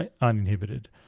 uninhibited